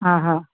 हा हा